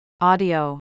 Audio